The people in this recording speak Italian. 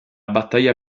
battaglia